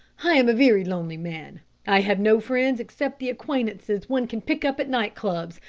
i am a very lonely man i have no friends except the acquaintances one can pick up at night clubs,